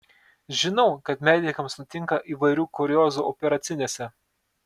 žinau kad medikams nutinka įvairių kuriozų operacinėse